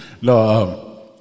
No